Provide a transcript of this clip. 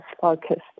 focused